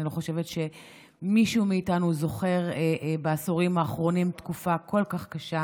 אני לא חושבת שמישהו מאיתנו זוכר בעשורים האחרונים תקופה כל כך קשה